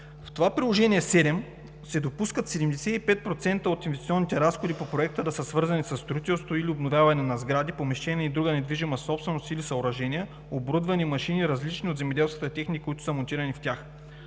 в това Приложение № 7 се допускат 75% от инвестиционните разходи по Проекта да са свързани със строителството или обновяване на сгради, помещения и друга недвижима собственост или съоръжения, оборудване, машини, различни от земеделската техника, които са монтирани в тях.